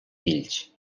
fills